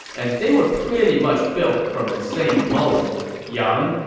and they were pretty much built from the same mold young,